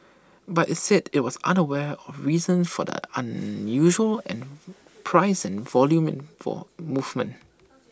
but IT said IT was unaware of reasons for the unusual and price and volume for movement